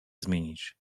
zmienić